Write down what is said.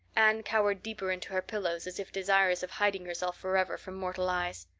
anne cowered deeper into her pillows as if desirous of hiding herself forever from mortal eyes.